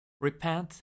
Repent